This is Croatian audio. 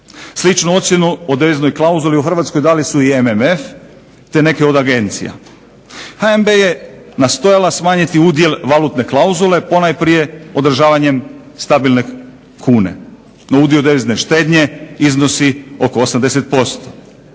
Sličnu ocjenu o deviznoj klauzuli u Hrvatskoj dali su i MMF, te neke od agencija. HNB je nastojala smanjiti udjel valutne klauzule ponajprije održavanjem stabilne kune. No, udio devizne štednje iznosi oko 80%.